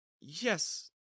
Yes